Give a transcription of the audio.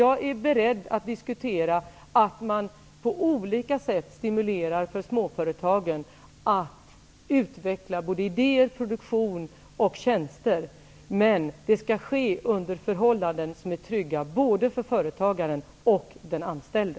Jag är beredd att diskutera att på olika sätt stimulera småföretagen att utveckla idéer, produktion och tjänster. Men det skall ske under förhållanden som är trygga både för företagaren och den anställde.